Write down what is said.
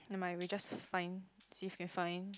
nevermind we'll just find see if we can find